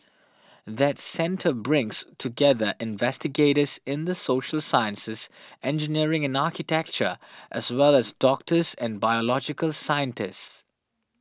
that centre brings together investigators in the social sciences engineering and architecture as well as doctors and biological scientists